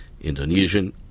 Indonesian